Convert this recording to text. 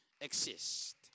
exist